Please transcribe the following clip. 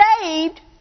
saved